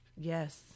Yes